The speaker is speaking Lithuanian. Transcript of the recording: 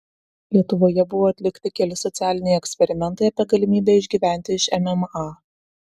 lietuvoje buvo atlikti keli socialiniai eksperimentai apie galimybę išgyventi iš mma